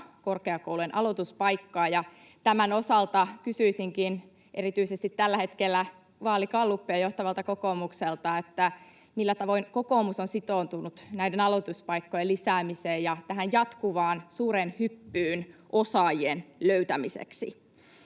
korkeakoulujen aloituspaikkaa, ja tämän osalta kysyisinkin erityisesti tällä hetkellä vaaligallupeja johtavalta kokoomukselta: millä tavoin kokoomus on sitoutunut näiden aloituspaikkojen lisäämiseen ja tähän jatkuvaan suureen hyppyyn osaajien löytämiseksi?